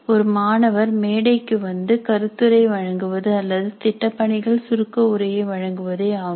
ஒரு மாணவர் மேடைக்கு வந்து கருத்துரை வழங்குவது அல்லது திட்டப்பணிகள் சுருக்க உரையை வழங்குவதே ஆகும்